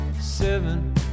Seven